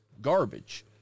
Garbage